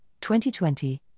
2020